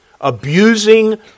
Abusing